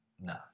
No